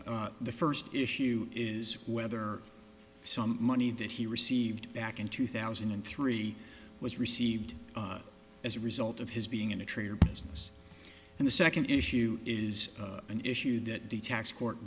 the first issue is whether some money that he received back in two thousand and three was received as a result of his being in a tree or business and the second issue is an issue that the tax court